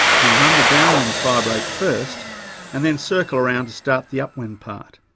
you run the downwind fire break first and then circle around to start the upwind part.